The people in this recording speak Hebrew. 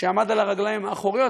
שעמד על הרגליים האחוריות,